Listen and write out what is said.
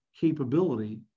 capability